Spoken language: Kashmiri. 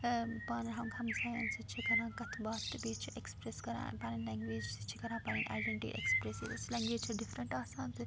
ٲں پانہٕ وٲنۍ حق ہَمسایَن سۭتۍ چھِ کَران کَتھ باتھ تہٕ بیٚیہِ چھِ ایٚکٕسپرٛیٚس کران پَننہِ لینٛگویج سۭتۍ چھِ کَران پَنٕنۍ آیڈیٚنٹِٹی ایٚکٕسپرٛیٚس ییٚلہِ لنٛگویج چھِ ڈِفریٚنٛٹ آسان تہٕ